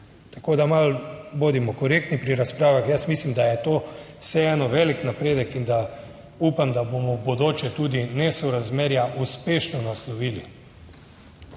Tako, da malo bodimo korektni pri razpravah. Jaz mislim, da je to vseeno velik napredek in da upam, da bomo v bodoče tudi nesorazmerja uspešno naslovili.